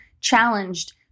challenged